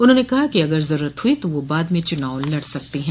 उन्होंने कहा कि अगर जरूरत हुई तो वह बाद में चुनाव लड़ सकती हैं